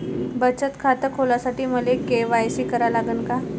बचत खात खोलासाठी मले के.वाय.सी करा लागन का?